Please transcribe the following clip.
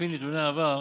לפי נתוני העבר,